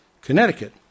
Connecticut